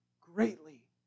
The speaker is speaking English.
greatly